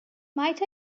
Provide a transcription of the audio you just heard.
might